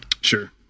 Sure